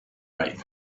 right